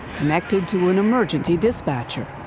connected to an emergency dispatcher.